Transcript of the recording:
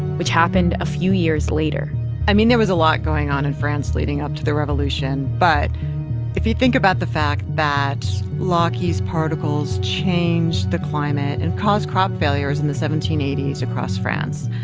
which happened a few years later i mean, there was a lot going on in france leading up to the revolution. but if you think about the fact that laki's particles changed the climate and caused crop failures in the seventeen eighty s across france,